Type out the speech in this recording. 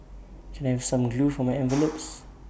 can I have some glue for my envelopes